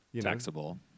taxable